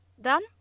done